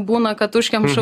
būna kad užkemša